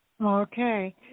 Okay